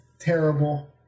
terrible